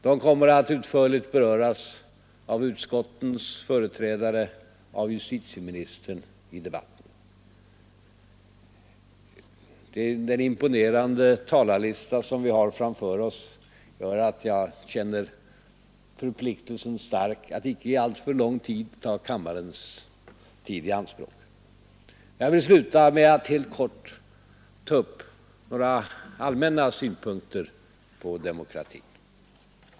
De kommer att utförligt beröras av utskottets företrädare och av justitieministern i debatten. Den imponerande talarlista som vi har framför oss gör att jag känner förpliktelsen stark att icke alltför länge ta kammarens tid i anspråk. Jag vill sluta med att helt kort ta upp några allmänna synpunkter på demokratin.